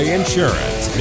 Insurance